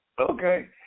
Okay